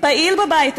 פעיל בבית היהודי,